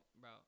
bro